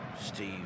Steve